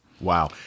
Wow